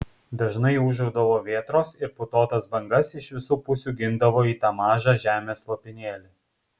dažnai ūžaudavo vėtros ir putotas bangas iš visų pusių gindavo į tą mažą žemės lopinėlį